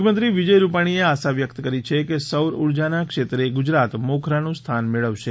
મુખ્યમંત્રી વિજય રૂપાણીએ આશા વ્યક્ત કરી છે કે સૌર ઊર્જાના ક્ષેત્રે ગુજરાત મોખરાનું સ્થાન મેળવશે